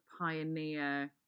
pioneer